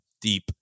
deep